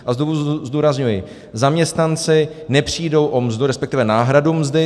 A znovu zdůrazňuji, zaměstnanci nepřijdou o mzdu, respektive náhradu mzdy.